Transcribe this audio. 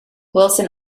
wilson